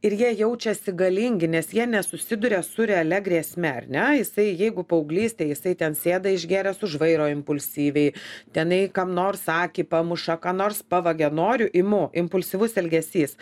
ir jie jaučiasi galingi nes jie nesusiduria su realia grėsme ar ne jisai jeigu paauglystėj jisai ten sėda išgėręs už vairo impulsyviai tenai kam nors akį pamuša ką nors pavagia noriu imu impulsyvus elgesys